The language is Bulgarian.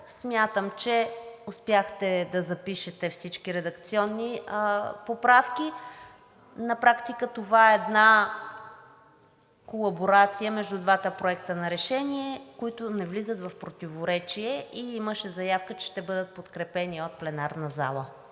Смятам, че успяхте да запишете всички редакционни поправки. На практика това е една колаборация между двата проекта на решение, които не влизат в противоречене, и имаше заявка, че ще бъдат подкрепени от пленарната зала.